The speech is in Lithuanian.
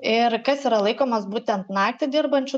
ir kas yra laikomas būtent naktį dirbančiu